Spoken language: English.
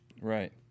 Right